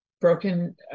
broken